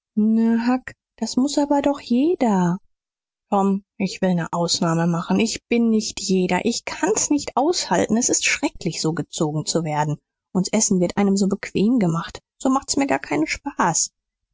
das muß aber doch jeder tom ich will ne ausnahme machen ich bin nicht jeder ich kann's nicht aushalten s ist schrecklich so gezogen zu werden und s essen wird einem so bequem gemacht so macht's mir gar keinen spaß